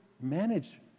manage